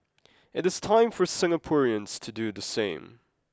it is time for Singaporeans to do the same